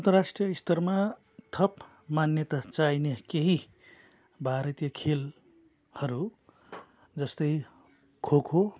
अन्तराष्ट्रीय स्तरमा थप मान्यता चाहिने केही भारतीय खेलहरू जस्तै खोखो